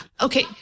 Okay